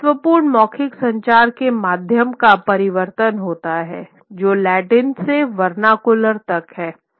एक महत्वपूर्ण मौखिक संचार के माध्यम का परिवर्तन होता है जो लैटिन से वर्नाकुलर तक हैं